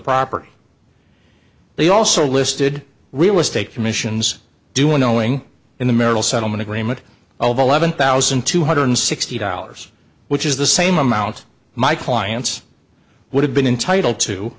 property they also listed real estate commissions doing knowing in the marital settlement agreement of eleven thousand two hundred sixty dollars which is the same amount my clients would have been entitle to